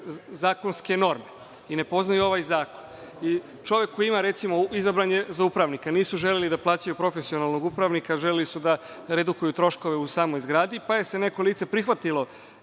zakonske norme i ne poznaju ovaj zakon. Čovek koji je, recimo, izabran za upravnika, nisu želeli da plaćaju profesionalnog upravnika, želeli su da redukuju troškove u samoj zgradi, pa se neko lice prihvatilo